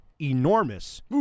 enormous